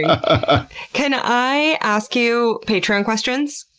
ah can i ask you patreon questions?